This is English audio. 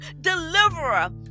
deliverer